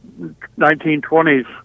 1920s